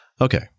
Okay